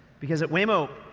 because, at waymo,